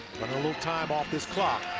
a little time off this clock.